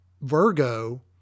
Virgo